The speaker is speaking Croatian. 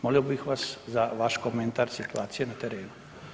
Molio bih vas za vaš komentar situacije na terenu.